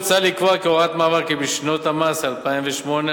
מוצע לקבוע כהוראת מעבר כי בשנות המס 2008,